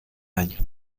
año